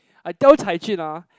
I tell Cai-Jun ah